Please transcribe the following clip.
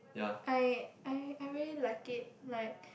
I I I really like it like